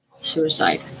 suicide